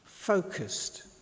Focused